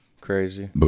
Crazy